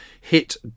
hit